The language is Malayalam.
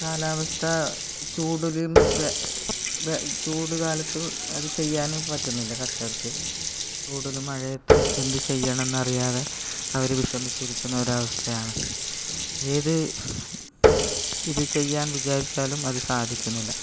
കാലാവസ്ഥ ചൂടിലും വെ വെ ചൂടുകാലത്ത് അത് ചെയ്യാനും പറ്റുന്നില്ല കർഷകർക്ക് ചൂടിലും മഴയത്തും എന്ത് ചെയ്യണം എന്നറിയാതെ അവർ വിഷമിച്ചിരിക്കുന്ന ഒരവസ്ഥയാണ് ഏത് ഇത് ചെയ്യാൻ വിചാരിച്ചാലും അത് സാധിക്കുന്നില്ല